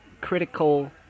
critical